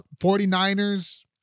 49ers